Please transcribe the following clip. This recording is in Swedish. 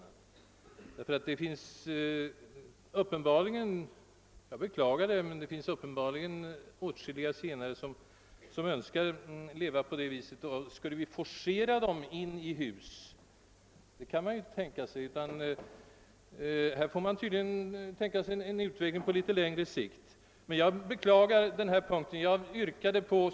Jag måste beklaga att det tydligen finns en del zigenare, som inte kan förmås till annat än att fortsätta att leva på rörlig fot åtminstone tills vidare. Naturligtvis kan man inte forcera dem att flytta in i hus, utan här får man tänka sig en utveckling av dessa zigenares livsmönster på litet längre sikt. Jag beklagar direkt att den här punkten ingår i rekommendationen.